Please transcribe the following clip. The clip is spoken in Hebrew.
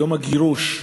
יום הגירוש מתקרב,